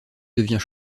devient